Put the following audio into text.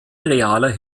realer